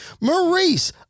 Maurice